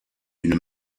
une